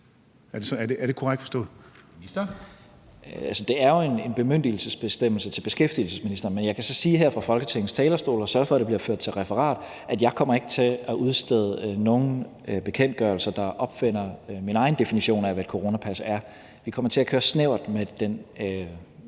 det er jo en bemyndigelsesbestemmelse til beskæftigelsesministeren, men jeg kan så sige her fra Folketingets talerstol og sørge for, at det bliver ført til referat, at jeg ikke kommer til at udstede nogen bekendtgørelser, der opfinder min egen definition af, hvad et coronapas er. Vi kommer til at køre snævert med den